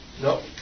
No